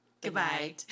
Goodbye